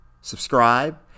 subscribe